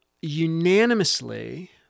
unanimously